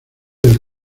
del